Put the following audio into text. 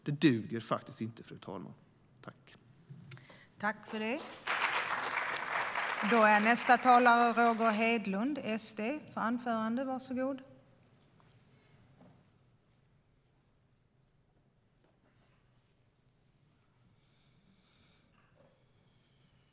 Det duger faktiskt inte, fru talman.